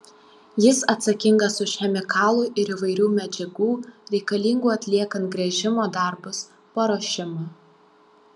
jis atsakingas už chemikalų ir įvairių medžiagų reikalingų atliekant gręžimo darbus paruošimą